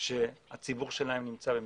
שהציבור נמצא במצוקה.